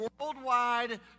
worldwide